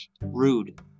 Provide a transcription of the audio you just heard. rude